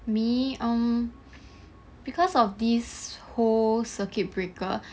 me um because of this whole circuit breaker